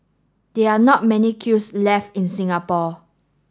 there are not many kilns left in Singapore